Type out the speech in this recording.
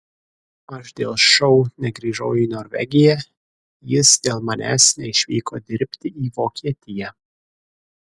aš dėl šou negrįžau į norvegiją jis dėl manęs neišvyko dirbti į vokietiją